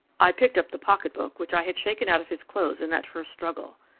i picked up the pocketbook which i had shaken out of his clothes in that first struggle.